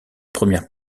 première